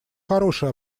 хороший